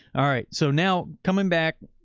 alright. so now coming back,